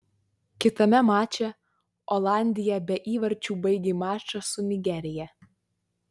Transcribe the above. kitame mače olandija be įvarčių baigė mačą su nigerija